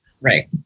right